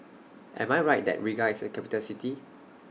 Am I Right that Riga IS A Capital City